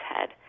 head